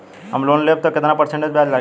हम लोन लेब त कितना परसेंट ब्याज लागी?